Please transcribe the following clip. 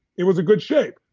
it was a good shape.